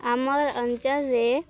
ଆମର୍ ଅଞ୍ଚଳରେ